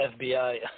FBI